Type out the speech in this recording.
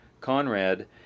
Conrad